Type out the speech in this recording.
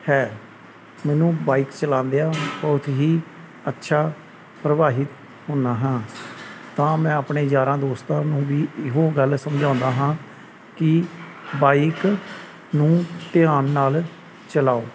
ਹੈ ਮੈਨੂੰ ਬਾਈਕ ਚਲਾਉਂਦਿਆਂ ਬਹੁਤ ਹੀ ਅੱਛਾ ਪ੍ਰਭਾਵਿਤ ਹੁੰਦਾ ਹਾਂ ਤਾਂ ਮੈਂ ਆਪਣੇ ਯਾਰਾਂ ਦੋਸਤਾਂ ਨੂੰ ਵੀ ਇਹੋ ਗੱਲ ਸਮਝਾਉਂਦਾ ਹਾਂ ਕਿ ਬਾਈਕ ਨੂੰ ਧਿਆਨ ਨਾਲ ਚਲਾਓ